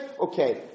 okay